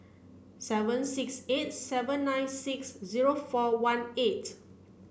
seven six eight seven nine six zero four one eight